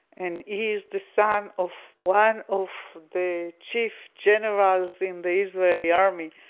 and he is the son of one of the chief generals in the israeli army.